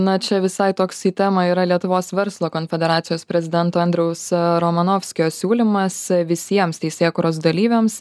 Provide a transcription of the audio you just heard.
na čia visai toks į temą yra lietuvos verslo konfederacijos prezidento andriaus romanovskio siūlymas visiems teisėkūros dalyviams